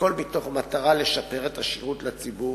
הכול מתוך מטרה לשפר את השירות לציבור,